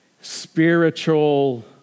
spiritual